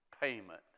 payment